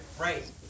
Right